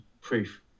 Proof